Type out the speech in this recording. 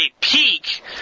peak